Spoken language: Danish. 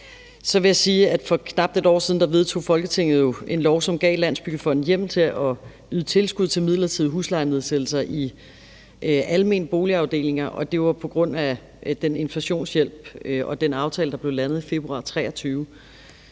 knap et år siden vedtog Folketinget jo en lov, som gav Landsbyggefonden hjemmel til at yde tilskud til midlertidige huslejenedsættelser i almene boligafdelinger. Det var på grund af den inflationshjælp og den aftale, der blev landet i februar 2023.